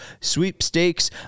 sweepstakes